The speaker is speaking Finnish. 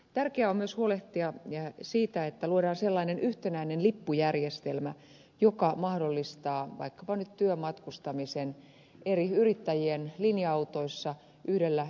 tärkeää on myös huolehtia siitä että luodaan sellainen yhtenäinen lippujärjestelmä joka mahdollistaa vaikkapa nyt työmatkustamisen eri yrittäjien linja autoissa yhdellä yhtenäisellä lipulla